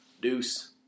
Deuce